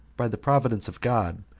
by the providence of god,